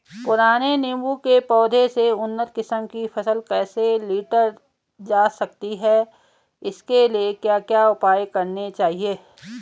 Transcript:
पुराने नीबूं के पौधें से उन्नत किस्म की फसल कैसे लीटर जा सकती है इसके लिए क्या उपाय करने चाहिए?